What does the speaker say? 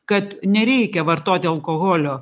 kad nereikia vartoti alkoholio